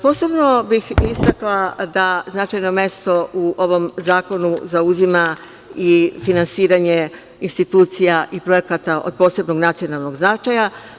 Posebno bih istakla da značajno mesto u ovom zakonu zauzima i finansiranje institucija i projekata od posebnog nacionalnog značaja.